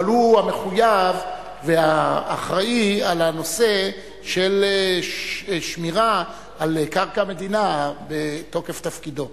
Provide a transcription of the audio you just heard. אבל הוא המחויב והאחראי לנושא של שמירה על קרקע מדינה בתוקף תפקידו.